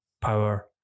power